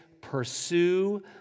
pursue